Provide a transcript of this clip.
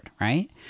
right